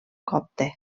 copte